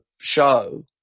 show